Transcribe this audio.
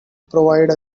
provide